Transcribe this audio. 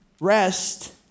Rest